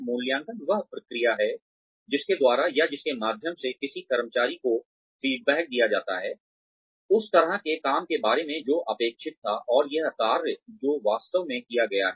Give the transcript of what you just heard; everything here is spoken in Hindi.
मूल्यांकन वह प्रक्रिया है जिसके द्वारा या जिसके माध्यम से किसी कर्मचारी को फीडबैक दिया जाता है उस तरह के काम के बारे में जो अपेक्षित था और वह कार्य जो वास्तव में किया गया है